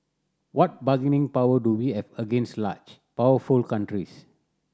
what bargaining power do we have against large powerful countries